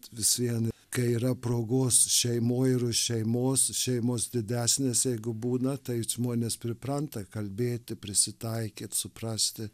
vis vien kai yra progos šeimoj ir šeimos šeimos didesnės jeigu būna tai žmonės pripranta kalbėti prisitaikyt suprasti